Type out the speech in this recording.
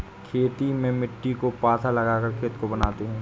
खेती में मिट्टी को पाथा लगाकर खेत को बनाते हैं?